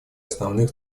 основных